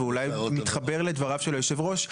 ואולי היא מתחברת לדבריו של היושב ראש,